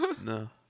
No